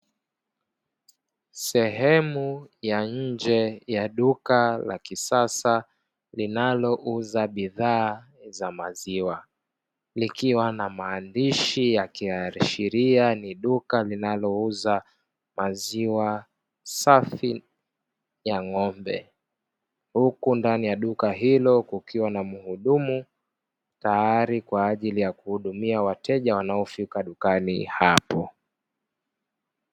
Sehemu ya nje ya duka la kisasa linalouza bidhaa za maziwa likiwa na maandishi yakiashiria ni duka linalouza maziwa safii ya ng'ombe. Huku ndani ya duka hilo kukiwa na muhudumu tayari kwa kuhudumia wateja wanaofika dukani hapo.